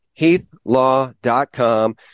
Heathlaw.com